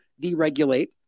deregulate